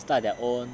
start their own